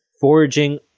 Foraging